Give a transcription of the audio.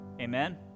Amen